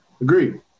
Agreed